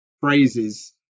phrases